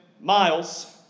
miles